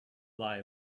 lie